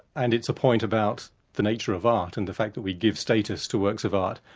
and it's a point about the nature of art and the fact that we give status to works of art,